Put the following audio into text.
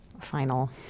final